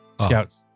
scouts